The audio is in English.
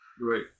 Right